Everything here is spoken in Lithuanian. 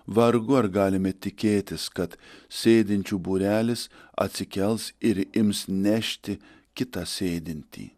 vargu ar galime tikėtis kad sėdinčių būrelis atsikels ir ims nešti kitą sėdintį